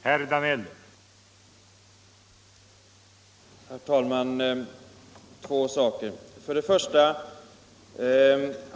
Herr talman! Jag vill ta upp två saker.